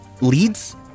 leads